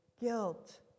guilt